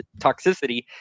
toxicity